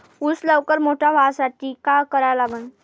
ऊस लवकर मोठा व्हासाठी का करा लागन?